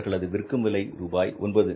அவர்களது விற்கும் விலை ரூபாய் ஒன்பது